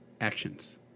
actions